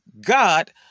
God